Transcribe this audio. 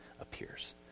appears